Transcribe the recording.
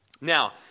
Now